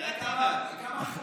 אין לכם בדיקות, חבל,